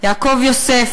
יעקב יוסף,